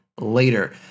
Later